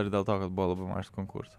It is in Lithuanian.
ir dėl to kad buvo labai mažas konkursas